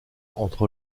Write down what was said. entre